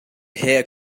here